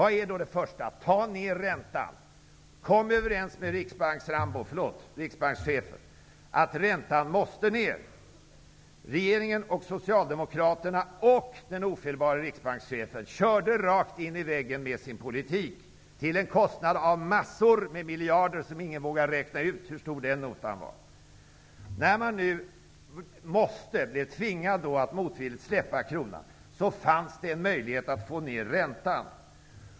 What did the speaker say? Vad är då det första som skall göras? Sänk räntan! Kom överens med Räntan måste sänkas. Regeringen och Riksbankschefen körde rakt in i väggen med den politik de förde. Det kostade massor av miljarder! Ingen vågar räkna ut hur stor den notan är. När man nu blev tvingad att motvilligt släppa kronan, fanns det en möjlighet att sänka räntan.